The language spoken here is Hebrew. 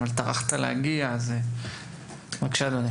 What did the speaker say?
אבל טרחת להגיע, אז בבקשה, אדוני.